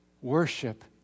Worship